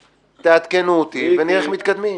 תעדכנו אותי ונראה איך מתקדמים.